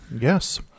Yes